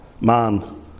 Man